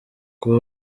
kuba